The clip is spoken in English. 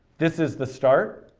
this is the start.